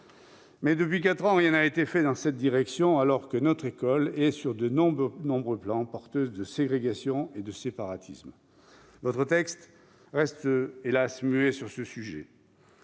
Mais, depuis quatre ans, rien n'a été fait dans cette direction, alors que notre école, sur de nombreux plans, est porteuse de ségrégation et de séparatisme. Votre texte reste, hélas ! muet sur ce sujet.